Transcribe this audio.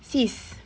sis